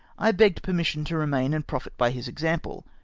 i begged permission to remain and profit by his example.